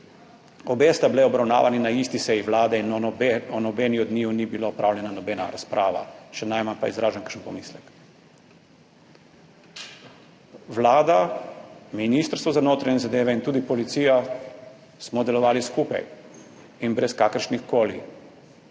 Obe sta bili obravnavani na isti seji Vlade in o nobeni od njiju ni bila opravljena nobena razprava, še najmanj pa izražen kakšen pomislek. Vlada, Ministrstvo za notranje zadeve in tudi policija smo delovali skupaj in brez kakršnihkoli,